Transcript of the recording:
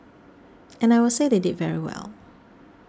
and I will say they did very well